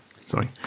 Sorry